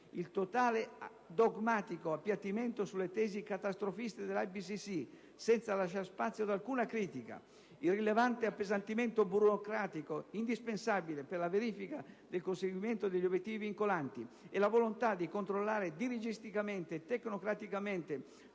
Il totale dogmatico appiattimento sulle tesi catastrofiste dell'IPCC, senza lasciar spazio ad alcuna critica, il rilevante appesantimento burocratico indispensabile per la verifica del conseguimento degli obiettivi vincolanti e la volontà di controllare dirigisticamente e tecnocraticamente